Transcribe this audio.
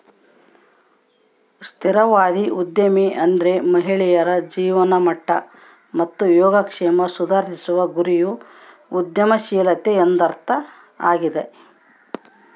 ಸ್ತ್ರೀವಾದಿ ಉದ್ಯಮಿ ಅಂದ್ರೆ ಮಹಿಳೆಯರ ಜೀವನಮಟ್ಟ ಮತ್ತು ಯೋಗಕ್ಷೇಮ ಸುಧಾರಿಸುವ ಗುರಿಯ ಉದ್ಯಮಶೀಲತೆ ಎಂದರ್ಥ ಆಗ್ಯಾದ